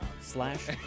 slash